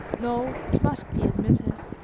no, it must be admitted.